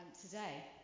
today